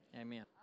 amen